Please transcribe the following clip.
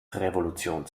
revolution